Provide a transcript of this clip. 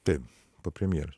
taip po premjeros